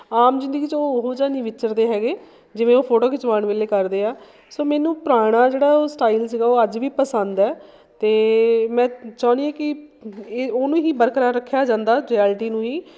ਆਮ ਜ਼ਿੰਦਗੀ 'ਚ ਉ ਉਹ ਜਿਹਾ ਨਹੀਂ ਵਿਚਰਦੇ ਹੈਗੇ ਜਿਵੇਂ ਉਹ ਫੋਟੋ ਖਿਚਵਾਉਣ ਵੇਲੇ ਕਰਦੇ ਆ ਸੋ ਮੈਨੂੰ ਪੁਰਾਣਾ ਜਿਹੜਾ ਉਹ ਸਟਾਈਲ ਸੀਗਾ ਉਹ ਅੱਜ ਵੀ ਪਸੰਦ ਹੈ ਅਤੇ ਮੈਂ ਚਾਹੁੰਦੀ ਹਾਂ ਕਿ ਇਹ ਉਹਨੂੰ ਹੀ ਬਰਕਰਾਰ ਰੱਖਿਆ ਜਾਂਦਾ ਰਿਐਲਟੀ ਨੂੰ ਹੀ